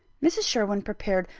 mrs. sherwin prepared,